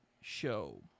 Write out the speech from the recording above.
show